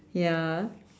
ya